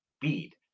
beat